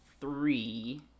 three